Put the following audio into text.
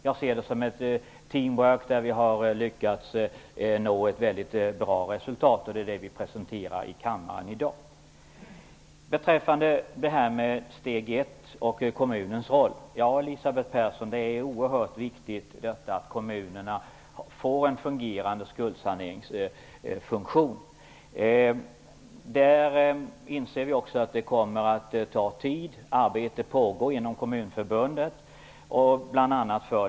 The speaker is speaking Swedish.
Jag ser det som ett teamwork där vi har lyckats nå ett bra resultat som vi i dag presenterar i kammaren. Beträffande steg 1 och kommunernas roll är det oerhört viktigt att kommunerna får en fungerande skuldsaneringsfunktion. Vi inser att det kommer att ta tid. Arbete pågår inom Kommunförbundet.